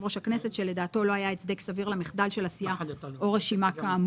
ראש הכנסת שלדעתו לא היה הצדק סביר למחדל של הסיעה או רשימה כאמור.